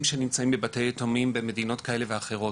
שנמצאים בבתי יתומים במדינות כאלה ואחרות.